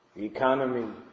economy